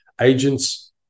agents